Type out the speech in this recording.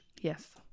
Yes